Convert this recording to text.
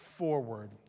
forward